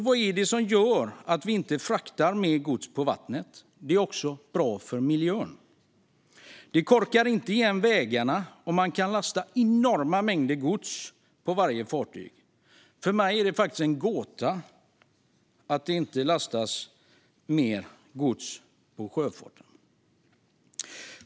Vad är det då som gör att vi inte fraktar mer gods på vattnet? Det är bra för miljön, det korkar inte igen vägarna och man kan lasta enorma mängder gods på varje fartyg. För mig är det faktiskt en gåta att inte mer gods fraktas genom sjöfart.